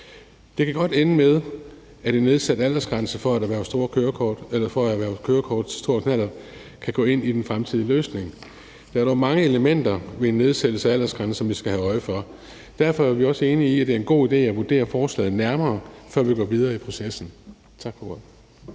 Det kan godt ende med, at en nedsat aldersgrænse for at erhverve kørekort til stor knallert kan være en del af den fremtidige løsning. Der er dog mange elementer ved en nedsættelse af aldersgrænsen, som vi skal have øje for. Derfor er vi også enige i, at det er en god idé at vurdere forslaget nærmere, før vi går videre i processen. Tak for